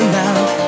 now